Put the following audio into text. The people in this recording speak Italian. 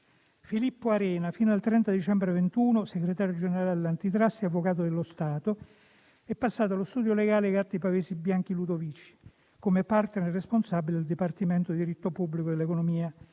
Filippo Arena, fino al 30 dicembre 2021 segretario generale dell'Antitrust e avvocato dello Stato, è passato allo studio legale Gatti Pavesi Bianchi Ludovici come *partner* responsabile del dipartimento di diritto pubblico dell'economia.